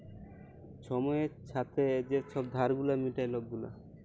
ছময়ের ছাথে যে ছব ধার গুলা মিটায় লক গুলা